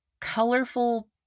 colorful